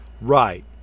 Right